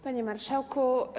Panie Marszałku!